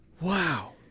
wow